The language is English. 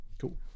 cool